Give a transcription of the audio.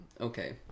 okay